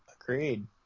Agreed